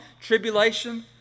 tribulation